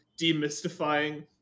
demystifying